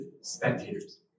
spectators